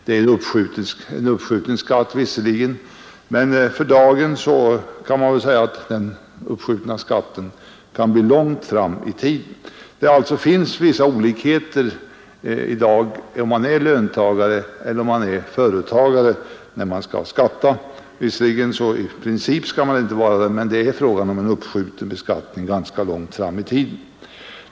Det är visserligen en uppskjuten skatt, men för dagen kan man säga att den uppskjutna skatten kan verka långt fram i tiden. Det finns alltså vissa olikheter i skattehänseende mellan löntagare och företagare. I princip skall det visserligen inte vara så, men för företagaren blir det en uppskjuten beskattning ganska långt fram i tiden.